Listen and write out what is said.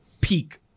peak